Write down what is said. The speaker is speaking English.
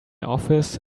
office